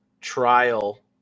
trial